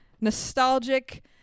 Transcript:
nostalgic